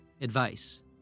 advice